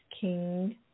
King